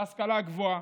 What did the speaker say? בהשכלה הגבוהה,